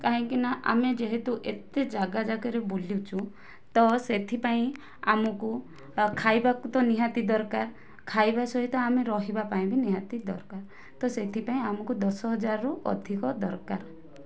କାହିଁକି ନାଁ ଆମେ ଯେହେତୁ ଏତେ ଜାଗା ଜାଗାରେ ବୁଲିଛୁ ତ ସେଥିପାଇଁ ଆମକୁ ଖାଇବାକୁ ତ ନିହାତି ଦରକାର ଖାଇବା ସହିତ ଆମେ ରହିବାପାଇଁ ବି ନିହାତି ଦରକାର ତ ସେଥିପାଇଁ ଆମକୁ ଦଶ ହଜାରରୁ ଅଧିକ ଦରକାର